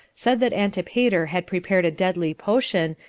said that antipater had prepared a deadly potion,